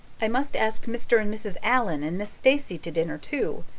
i must ask mr. and mrs. allan and miss stacy to dinner, too,